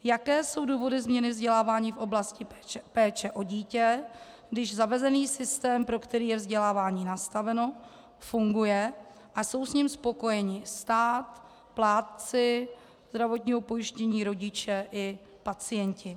Jaké jsou důvody změny vzdělávání v oblasti péče o dítě, když zavedený systém, pro který je vzdělávání nastaveno, funguje a jsou s ním spokojeni stát, plátci zdravotního pojištění, rodiče i pacienti?